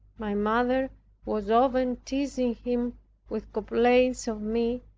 my mother was often teasing him with complaints of me,